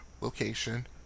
Location